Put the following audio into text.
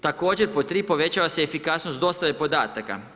Također pod 3. povećava se efikasnost dostave podataka.